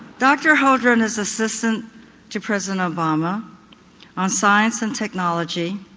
dr holdren is assistant to president obama on science and technology.